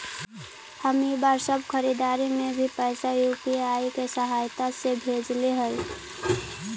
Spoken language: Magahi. हम इ बार सब खरीदारी में भी पैसा यू.पी.आई के सहायता से ही भेजले हिय